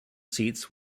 seats